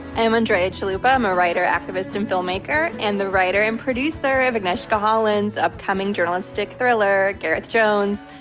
i'm andrea chalupa. i'm a writer, activist, and filmmaker, and the writer and producer of agnieszka holland's upcoming journalist like thriller gareth jones.